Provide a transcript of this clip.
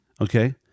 Okay